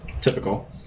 Typical